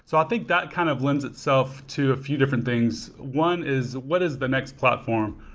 so i think that kind of lends itself to a few different things. one is what is the next platform?